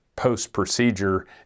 post-procedure